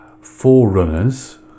forerunners